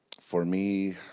for me